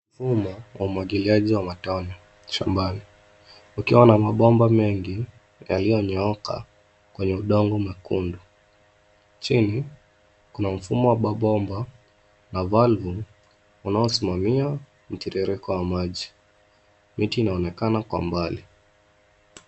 Mfumo wa umwagiliaji wa matone shambani ukiwa na mabomba mengi yaliyonyooka kwenye udongo mwekendu. Chini, kuna mfumo wa mabomba na valvu unaosimamia mtiririko wa maji. Miti inaonekana kwa mbali.